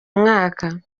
mwaka